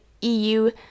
EU